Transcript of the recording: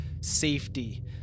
safety